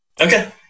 Okay